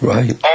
Right